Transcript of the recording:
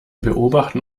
beobachten